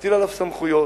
להטיל עליו סמכויות,